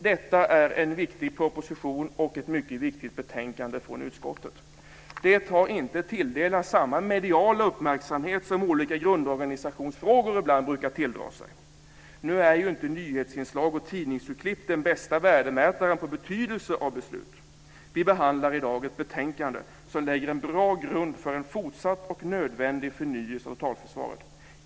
Detta är en viktig proposition och ett mycket viktigt betänkande från utskottet. Det har inte tilldelats samma mediala uppmärksamhet som olika grundorganisationsfrågor ibland brukar tilldra sig. Nu är ju inte nyhetsinslag och tidningsurklipp den bästa värdemätaren på betydelse av beslut. Vi behandlar i dag ett betänkande som lägger en bra grund för en fortsatt och nödvändig förnyelse av totalförsvaret.